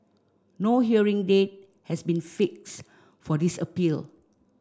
no hearing date has been fix for this appeal